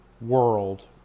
world